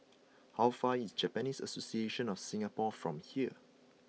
how far is Japanese Association of Singapore from here